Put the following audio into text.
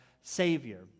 Savior